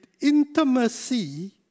intimacy